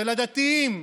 של הדתיים,